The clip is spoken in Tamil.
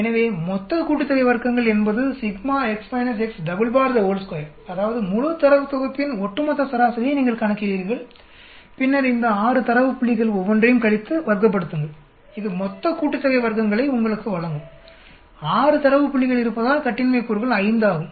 எனவே மொத்த கூட்டுத்தொகை வர்க்கங்கள் என்பது அதாவது முழு தரவு தொகுப்பின் ஒட்டுமொத்த சராசரியை நீங்கள் கணக்கிடுகிறீர்கள் பின்னர் இந்த 6 தரவு புள்ளிகள் ஒவ்வொன்றையும் கழித்து வர்க்கப்படுத்துங்கள் இது மொத்த கூட்டுத்தொகை வர்க்கங்களை உங்களுக்கு வழங்கும் 6 தரவு புள்ளிகள் இருப்பதால் கட்டின்மை கூறுகள் 5 ஆகும்